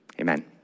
Amen